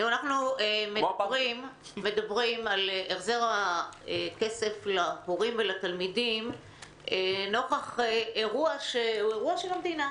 אנחנו מדברים על החזר הכסף להורים ולתלמידים נוכח אירוע של המדינה,